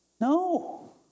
no